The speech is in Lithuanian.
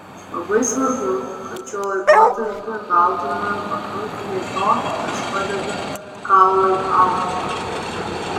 labai svarbu kad šiuo laikotarpiu gautumėme pakankamai to kas padeda kaului augti